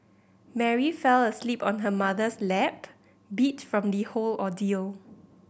Mary fell asleep on her mother's lap beat from the whole ordeal